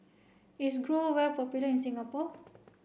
is Growell popular in Singapore